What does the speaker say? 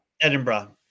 Edinburgh